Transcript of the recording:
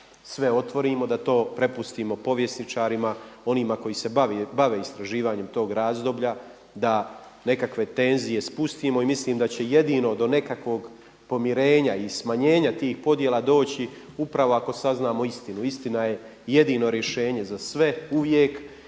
sve otvorimo, da to prepustimo povjesničarima, onima koji se bave istraživanjem tog razdoblja, da nekakve tenzije spustimo. I mislim da će jedino do nekakvog pomirenja i smanjenja tih podjela doći upravo ako saznamo istinu. Istina je jedino rješenje za sve uvijek